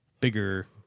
bigger